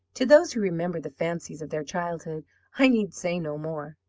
to those who remember the fancies of their childhood i need say no more.